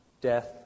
death